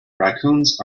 raccoons